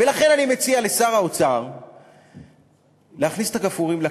ולכן אני מציע לשר האוצר להכניס את הגפרורים לכיס,